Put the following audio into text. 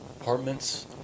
Apartments